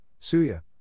suya